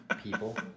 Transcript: People